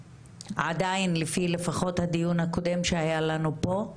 עדיין לפי לפחות הדיון הקודם שהיה לנו פה,